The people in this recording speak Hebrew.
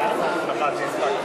ההצעה להעביר